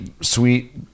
sweet